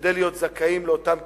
כדי להיות זכאים לאותן קצבאות.